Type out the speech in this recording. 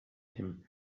him